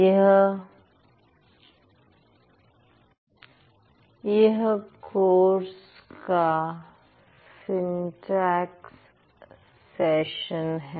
यह इस कोर्स का सिंटेक्स सेशन है